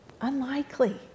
Unlikely